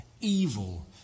evil